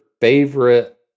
favorite